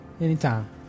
Anytime